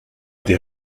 des